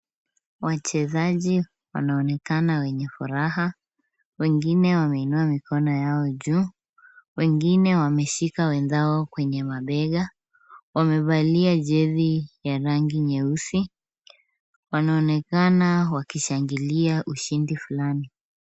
Wachezaji wanaonekana wenye furaha, wengine wameinua mikono yao juu, wengine wameshika wenzao kwenye mabega, wamevalia jezi ya rangi nyeusi, wanaonekana wakishangilia ushindi fulani.